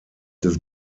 des